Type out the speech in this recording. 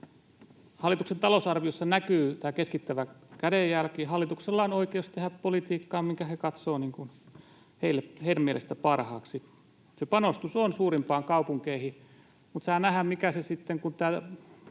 Hallituksen talousarviossa näkyy tämä keskittävä kädenjälki. Hallituksella on oikeus tehdä politiikkaa, minkä he katsovat mielestään parhaaksi. Se panostus on suurimpiin kaupunkeihin, mutta saa nähdä, kun tämä